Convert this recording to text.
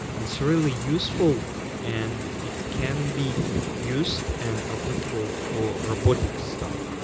it's really useful and it can be used and applicable for robotics stuff.